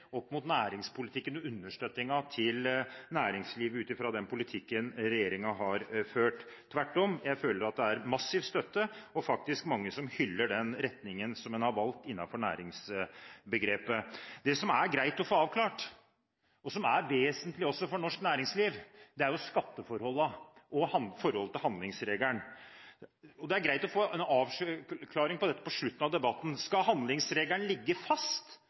opp mot næringspolitikken og understøttingen av næringslivet ut fra den politikken regjeringen har ført. Tvert om, jeg føler at det er massiv støtte og mange som hyller den retningen som en har valgt innenfor næringsbegrepet. Det som er greit å få avklart, og som er vesentlig også for norsk næringsliv, er skatteforholdene og forholdet til handlingsregelen. Det er greit å få en avklaring av dette på slutten av debatten: Skal handlingsregelen ligge fast,